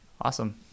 Awesome